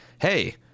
hey